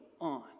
on